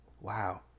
wow